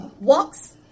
walks